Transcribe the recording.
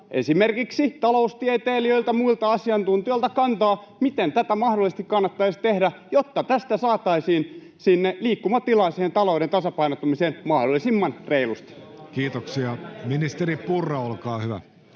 esimerkiksi taloustieteilijöiltä ja muilta asiantuntijoilta kantaa, miten tätä mahdollisesti kannattaisi tehdä, jotta tästä saataisiin liikkumatilaa talouden tasapainottamiseen mahdollisimman reilusti? [Speech